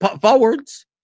forwards